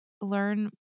learn